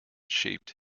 shaped